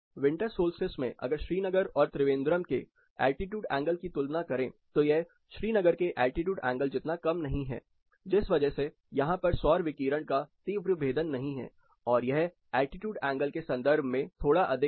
winter solstice में अगर श्रीनगर और त्रिवेंद्रम के एल्टीट्यूड एंगल की तुलना करें तो यह श्रीनगर के एल्टीट्यूड एंगल जितना कम नहीं है जिस वजह से यहां पर सौर विकिरण का तीव्र भेदन नहीं है और यह एल्टीट्यूड एंगल के संदर्भ में थोड़ा अधिक है